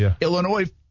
Illinois